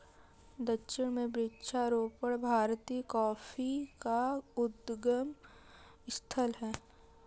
दक्षिण में वृक्षारोपण भारतीय कॉफी का उद्गम स्थल है